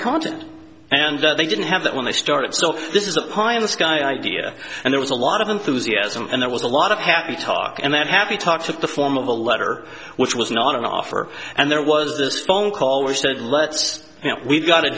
content and that they didn't have that when they started so this is a high in the sky idea and there was a lot of enthusiasm and there was a lot of happy talk and that happy talk to the form of a letter which was not an offer and there was this phone call we said let's you know we've got a